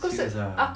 serious ah